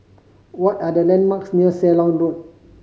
what are the landmarks near Ceylon Road